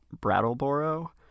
brattleboro